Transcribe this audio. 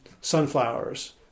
sunflowers